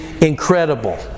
incredible